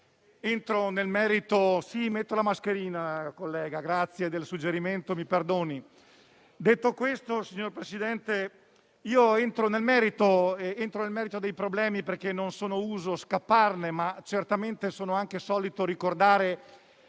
quindi nel merito dei problemi perché non sono uso scapparne, ma certamente sono anche solito ricordare